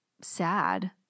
sad